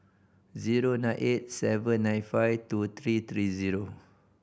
zero nine eight seven nine five two three three zero